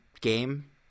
game